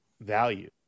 value